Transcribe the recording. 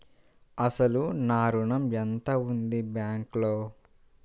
అసలు నా ఋణం ఎంతవుంది బ్యాంక్లో?